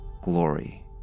glory